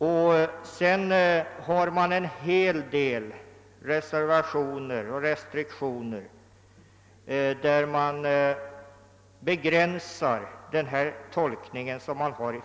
Vidare görs en hel del reservationer varigenom verkets tolkning av första stycket begränsas.